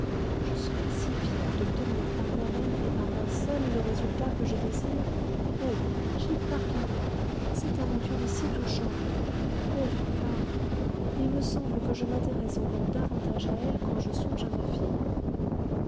je serais si fière d'obtenir par moi-même et par moi seule le résultat que je désire oh j'y parviendrai cette aventure est si touchante pauvres femmes il me semble que je m'intéresse encore davantage à elles quand je songe à ma fille